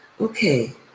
okay